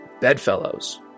Bedfellows